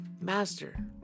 Master